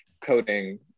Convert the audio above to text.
coding